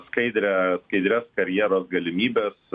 skaidrią skaidrios karjeros galimybes